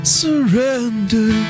surrender